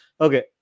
okay